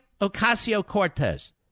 Ocasio-Cortez